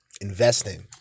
investing